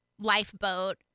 lifeboat